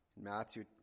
Matthew